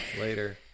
later